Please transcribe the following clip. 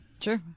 Sure